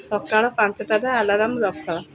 ସକାଳ ପାଞ୍ଚଟାରେ ଆଲାର୍ମ ରଖ